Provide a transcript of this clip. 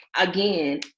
again